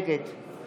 נגד